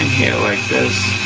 here, like this.